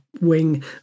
wing